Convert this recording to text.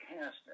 cast